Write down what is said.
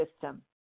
system